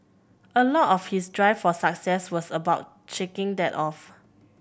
a lot of his drive for success was about shaking that off